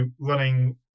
running